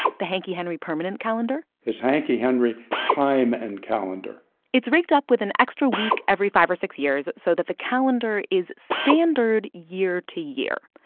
the hanke-henry permanent calendar it's hanke-henry time and calendar it's rigged up with an extra week every five or six years so that the calendar is standard year to year,